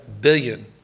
billion